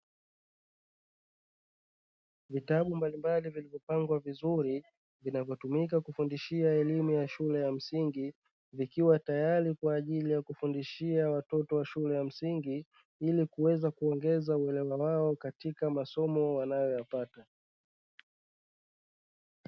Vitabu mbalimbali vilivyopangwa vizuri vinavyotumika kufundishia elimu ya shule ya msingi, vikiwa tayari kwa ajili ya kufundishia watoto wa shule ya msingi ili kuweza kuongeza uelewa wao katika masomo wanayoyapata.